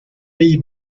pays